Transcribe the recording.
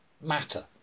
matter